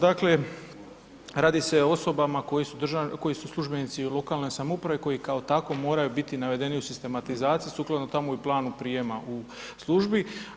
Dakle radi se o osobama koji su službenici lokalne samouprave koji tako moraju biti navedeni u sistematizaciji sukladno … i planu prijema u službi.